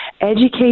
educate